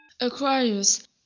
Aquarius